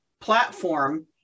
platform